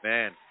Man